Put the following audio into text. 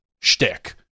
shtick